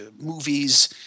movies